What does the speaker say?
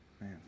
Man